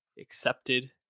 accepted